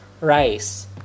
rice